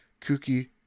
kooky